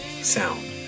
sound